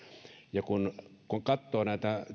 yksikköä kun katsoo näitä